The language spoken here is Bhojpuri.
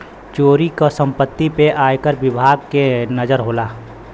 चोरी क सम्पति पे आयकर विभाग के नजर होला